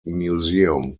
museum